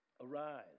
Arise